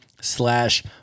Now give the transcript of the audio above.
slash